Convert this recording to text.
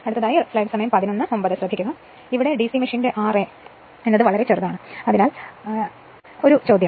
അതിനാൽ ഡിസി മെഷീനിന് ra എന്നത് വളരെ ചെറുതാണ് ഞാൻ ഒരു ചോദ്യം ചോദിച്ചു